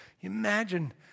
Imagine